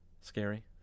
Scary